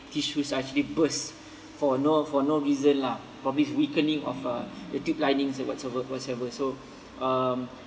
tissues actually burst for no for no reason lah probably is weakening of a the tube linings or whatsoever whatever so um